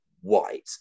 white